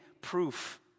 proof